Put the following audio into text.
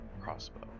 crossbow